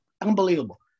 unbelievable